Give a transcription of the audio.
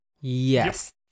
Yes